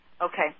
Okay